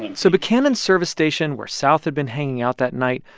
and so buchanan's service station, where south had been hanging out that night,